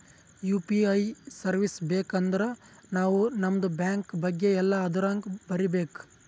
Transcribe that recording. you P I service ಬೇಕ್ ಅಂದರ್ ನಾವ್ ನಮ್ದು ಬ್ಯಾಂಕ ಬಗ್ಗೆ ಎಲ್ಲಾ ಅದುರಾಗ್ ಬರೀಬೇಕ್